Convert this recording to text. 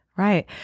Right